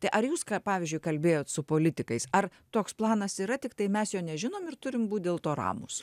tai ar jūs ką pavyzdžiui kalbėjot su politikais ar toks planas yra tiktai mes jo nežinom ir turim būt dėl to ramūs